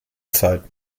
zeit